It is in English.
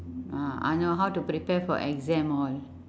ah !hannor! how to prepare for exam hall